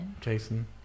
Jason